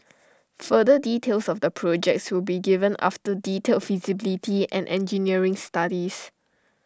further details of the projects will be given after detailed feasibility and engineering studies